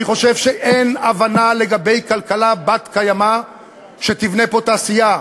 אני חושב שאין הבנה לגבי כלכלה בת-קיימא שתבנה פה תעשייה.